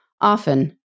Often